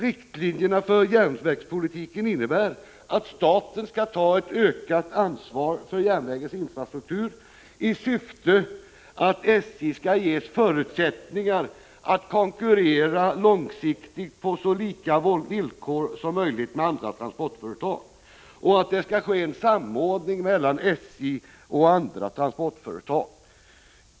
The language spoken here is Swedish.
Riktlinjerna för järnvägspolitiken innebär att staten skall ta ett ökat ansvar för järnvägens infrastruktur i syfte att SJ skall ges förutsättningar att konkurrera långsiktigt på så lika villkor som möjligt med andra transportföretag och att det skall ske en samordning mellan SJ och andra transportföretag.